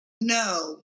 No